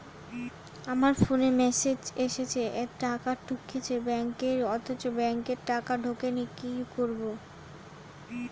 আমার ফোনে মেসেজ এসেছে টাকা ঢুকেছে ব্যাঙ্কে অথচ ব্যাংকে টাকা ঢোকেনি কি করবো?